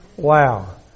Wow